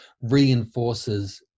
reinforces